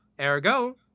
Ergo